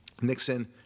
Nixon